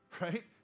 right